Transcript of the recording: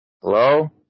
Hello